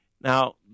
Now